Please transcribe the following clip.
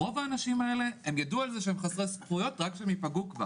היא שהאנשים האלה יידעו שהם חסרי זכויות רק כשהם ייפגעו.